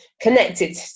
connected